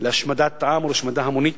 להשמדת עם ולהשמדה המונית,